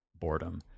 boredom